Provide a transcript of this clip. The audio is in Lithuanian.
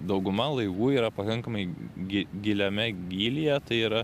dauguma laivų yra pakankamai gi giliame gylyje tai yra